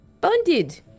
bonded